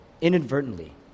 inadvertently